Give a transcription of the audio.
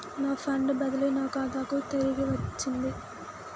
నా ఫండ్ బదిలీ నా ఖాతాకు తిరిగచ్చింది